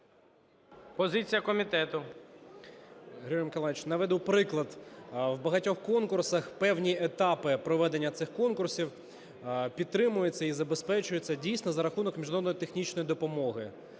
Д.А. Григорію Миколайовичу, наведу приклад. У багатьох конкурсах певні етапи проведення цих конкурсів підтримуються і забезпечуються, дійсно, за рахунок міжнародної технічної допомоги.